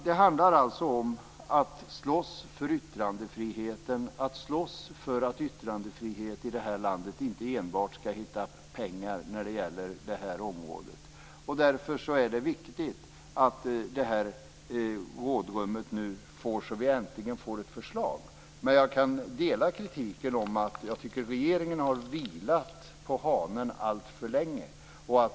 Det handlar alltså om att slåss för yttrandefriheten, att slåss för att yttrandefrihet i vårt land inte enbart skall heta pengar när det gäller det här området. Därför är det viktigt att vi får det här rådrummet, så att vi äntligen får ett förslag. Jag kan dela den kritik som säger att regeringen har vilat på hanen alltför länge.